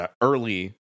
early